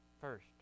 first